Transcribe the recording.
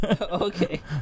Okay